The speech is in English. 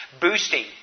Boosting